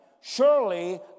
Surely